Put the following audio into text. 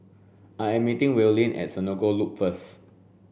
I am meeting Willene at Senoko Loop first